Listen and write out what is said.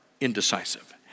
indecisive